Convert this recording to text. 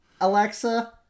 Alexa